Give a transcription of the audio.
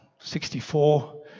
64